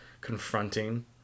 confronting